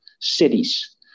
cities